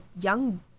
young